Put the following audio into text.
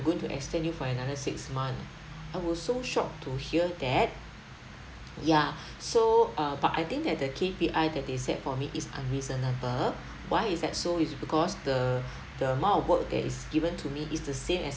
going to extend you for another six month I was so shocked to hear that ya so uh but I think that the K_P_I that they set for me is unreasonable why is that so is because the the amount of work that is given to me is the same as